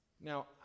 Now